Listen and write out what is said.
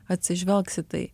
atsižvelgs į tai